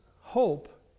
hope